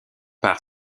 par